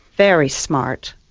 very smart,